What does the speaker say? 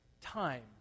time